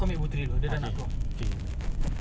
hantar pu~ hantar puteri balik